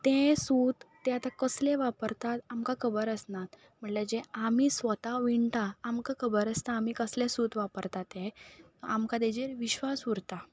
तें सूत तें आतां कसलें वापरतात आमकां खबर आसनात म्हणल्या जें आमी स्वता विणटा आमकां खबर आसता आमी कसलें सूत वापरता तें आमकां तेजेर विश्वास उरता